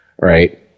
right